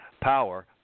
power